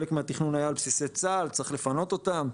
חלק מהתכנון היה על בסיסי צה"ל, צריך לפנות אותם.